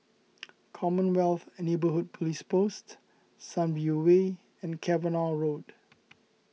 Commonwealth Neighbourhood Police Post Sunview Way and Cavenagh Road